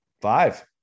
Five